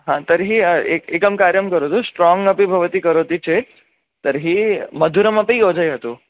तर्हि एक् एकं कार्यं करोतु स्ट्रोङ्ग् अपि भवती करोति चेत् तर्हि मधुरमपि योजयतु